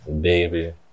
Baby